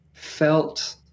felt